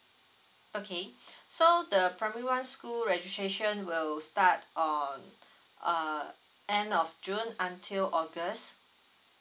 okay so the primary one school registration will start on uh end of june until august